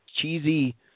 cheesy